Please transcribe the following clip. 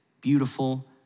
beautiful